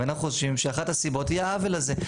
ואנחנו חושבים שאחת הסיבות הוא העוול הזה.